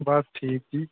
बस ठीक जी